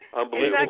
Unbelievable